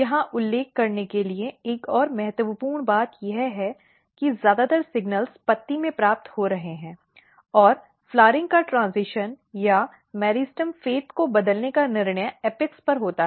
यहां उल्लेख करने के लिए एक और महत्वपूर्ण बात यह है कि ज्यादातर सिग्नॅल पत्ती में प्राप्त हो रहे हैं और फ़्लाउरइंग का ट्रेन्ज़िशन या मेरिस्टेम भाग्य को बदलने का निर्णय शीर्ष पर होता है